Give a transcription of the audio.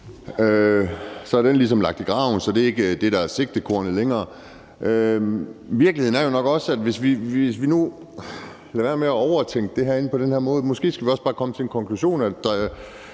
Så er den ligesom lagt i graven, så det er ikke det, sigtekornet er indstillet på længere. Virkeligheden er jo nok også, at vi skal lade være med at overtænke det herinde på den her måde og bare skal komme til den konklusion, at drenge